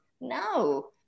no